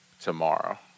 tomorrow